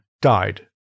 died